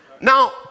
Now